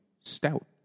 Stout